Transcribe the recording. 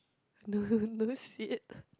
no no sit